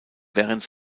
während